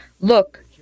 look